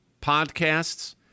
podcasts